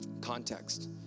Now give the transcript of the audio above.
Context